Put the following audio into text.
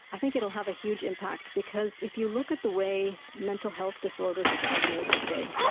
i think it will have a huge impact because if you look at the way mental health disorders are diagnosed today,